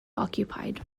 occupied